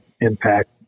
impact